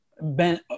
Ben